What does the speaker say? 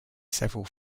several